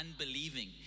unbelieving